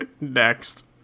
Next